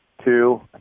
two